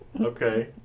Okay